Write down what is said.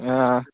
অঁ অঁ